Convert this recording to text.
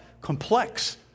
complex